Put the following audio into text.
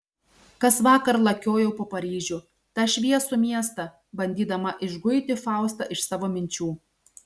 kasvakar lakiojau po paryžių tą šviesų miestą bandydama išguiti faustą iš savo minčių